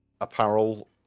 apparel